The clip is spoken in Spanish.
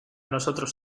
nosotros